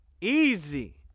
Easy